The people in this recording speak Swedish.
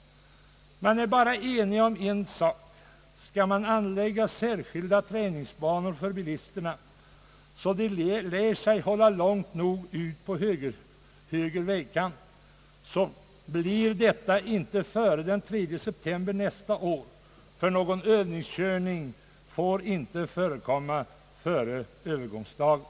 Man är bara ense om en sak: Skall det anläggas särskilda träningsbanor för bilisterna, så att de lär sig hålla långt nog ut på höger vägkant, så blir det inte före den 3 september nästa år, ty någon övningskörning får inte förekomma före övergångsdagen.